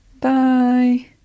Bye